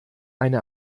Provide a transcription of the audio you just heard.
eine